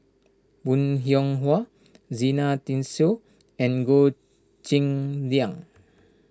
Bong Hiong Hwa Zena Tessensohn and Goh Cheng Liang